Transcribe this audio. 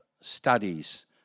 studies